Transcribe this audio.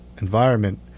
environment